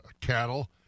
cattle